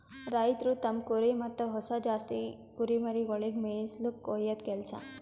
ರೈತ್ರು ತಮ್ಮ್ ಕುರಿ ಮತ್ತ್ ಹೊಸ ಜಾತಿ ಕುರಿಮರಿಗೊಳಿಗ್ ಮೇಯಿಸುಲ್ಕ ಒಯ್ಯದು ಕೆಲಸ